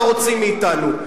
מה רוצים מאתנו?